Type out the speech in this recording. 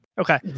Okay